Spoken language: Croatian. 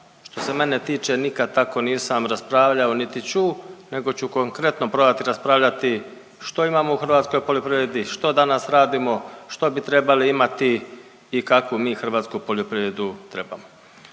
što se mene tiče nikad tako nisam raspravljao niti ću, nego ću konkretno probati raspravljati što imamo u hrvatskoj poljoprivredi, što danas radimo, što bi trebali imati i kakvu mi hrvatsku poljoprivredu trebamo.